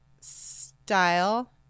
style